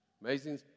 Amazing